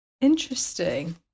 Interesting